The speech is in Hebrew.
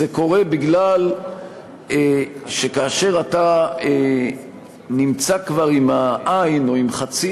זה קורה כי כאשר אתה נמצא כבר עם העין או עם חצי